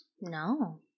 No